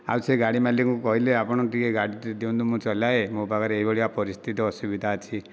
ଆଉ ସେ ଗାଡ଼ି ମାଲିକକୁ କହିଲି ମୋତେ ଗାଡ଼ି ଟିକେ ଦିଅନ୍ତୁ ମୁଁ ଚଲାଏ ମୋ ପାଖରେ ଏହିଭଳିଆ ପରିସ୍ଥିତି ଅସୁବିଧା ଅଛି